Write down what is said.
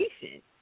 patient